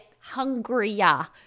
hungrier